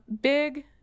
big